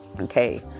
okay